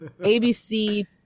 ABC